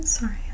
Sorry